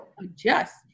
adjust